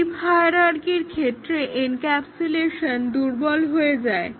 deep হায়ারার্কির ক্ষেত্রে encapsulation দুর্বল হয়ে যায়